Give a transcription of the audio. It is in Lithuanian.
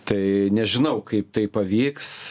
tai nežinau kaip tai pavyks